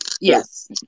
Yes